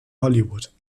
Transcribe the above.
hollywood